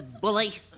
bully